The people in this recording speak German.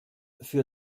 für